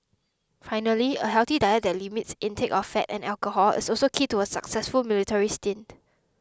finally a healthy diet that limits intake of fat and alcohol is also key to a successful military stint